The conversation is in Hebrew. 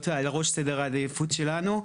צריך להיות בראש סדר העדיפות שלנו.